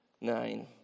Nine